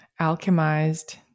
alchemized